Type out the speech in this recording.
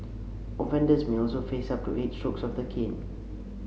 offenders may also face up to eight strokes of the cane